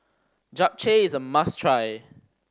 japchae is a must try